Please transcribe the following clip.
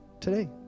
today